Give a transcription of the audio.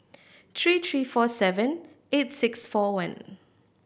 three three four seven eight six four one